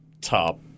Top